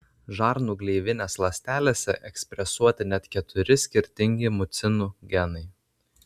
žarnų gleivinės ląstelėse ekspresuoti net keturi skirtingi mucinų genai